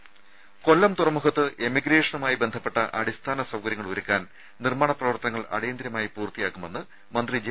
രേര കൊല്ലം തുറമുഖത്ത് എമിഗ്രേഷനുമായി ബന്ധപ്പെട്ട അടിസ്ഥാന സൌകര്യങ്ങളൊരുക്കാൻ നിർമ്മാണ പ്രവർത്തനങ്ങൾ അടിയന്തരമായി പൂർത്തിയാക്കുമെന്ന് മന്ത്രി ജെ